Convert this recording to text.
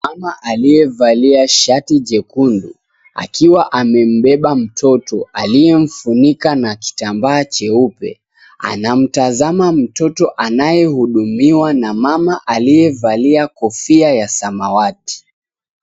Mama aliyevalia shati jekundu akiwa amembeba mtoto aliyemfunika na kitambaa cheupe , anamtazama mtoto anayehudumiwa na mama aliyevalia kofia ya samawati.